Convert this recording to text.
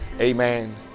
Amen